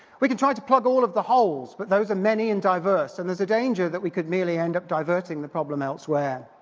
we can try to plug all of the holes but those are many and diverse, and there's a danger that we could merely end up diverting the problem elsewhere.